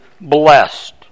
blessed